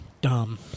dumb